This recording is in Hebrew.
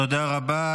תודה רבה.